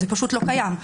זה פשוט לא קיים.